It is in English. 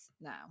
now